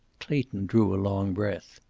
clayton drew a long breath.